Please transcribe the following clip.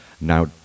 Now